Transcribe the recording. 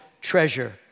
treasure